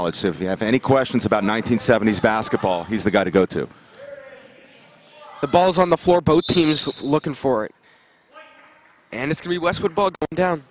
all it's if you have any questions about nine hundred seventy s basketball he's the guy to go to the balls on the floor both teams looking for it and it's the west would bog down